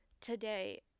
today